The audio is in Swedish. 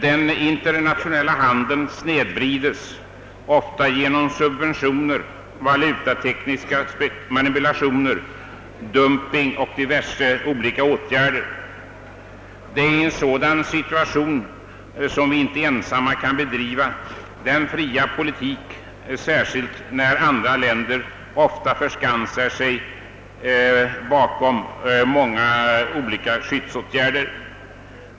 Den internationella handeln snedvrides ofta genom subventioner, valutatekniska manipulationer, dumping och diverse olika åtgärder. Det är i en sådan situation som vi inte ensamma kan bedriva denna fria politik, särskilt som andra länder ofta förskansar sig bakom många olika skyddsåtgärder.